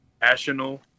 national